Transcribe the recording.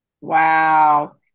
Wow